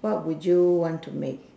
what would you want to make